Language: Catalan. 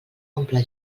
omple